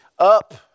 Up